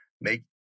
make